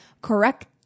correct